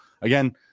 again